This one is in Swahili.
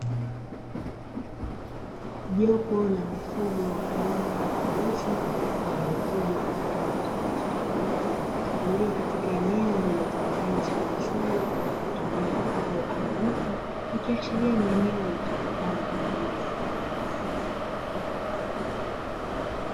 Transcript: Jopo la mifugo aina ya mbuzi wenye ukubwa na rangi tofautitofauti, walio katika eneo lililotengenezwa uzio kwa kutumia mbao au miti. Ikiashiria nia eneo litumikalo kwajili ya ufugaji.